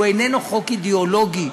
הוא איננו חוק אידיאולוגי.